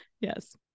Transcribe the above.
Yes